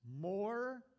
more